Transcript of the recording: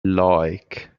like